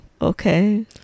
Okay